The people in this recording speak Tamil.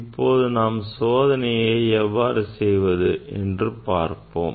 இப்போது நாம் சோதனை எவ்வாறு செய்வது என்று பார்ப்போம்